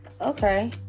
Okay